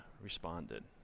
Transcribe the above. responded